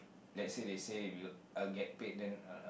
let's say they say will I will get paid then I'll